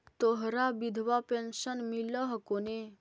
तोहरा विधवा पेन्शन मिलहको ने?